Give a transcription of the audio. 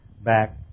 back